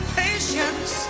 patience